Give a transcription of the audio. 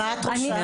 מה את רוצה?